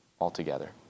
altogether